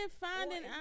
finding